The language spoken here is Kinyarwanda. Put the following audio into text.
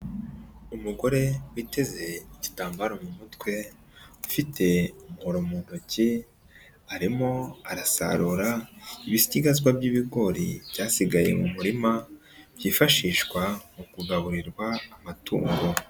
Umugore witeze igitambaro mu mutwe, ufite umuhoro mu ntoki, arimo arasarura ibisigazwa by'ibigori byasigaye mu murima, byifashishwa mu kugaburirwa amatungo.